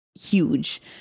huge